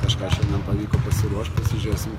kažką šiandien pavyko pasiruošt pasižiūrėsim